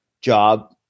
job